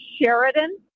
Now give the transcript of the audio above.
Sheridan